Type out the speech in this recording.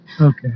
okay